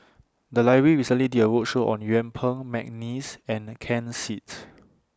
The Library recently did A roadshow on Yuen Peng Mcneice and Ken Seet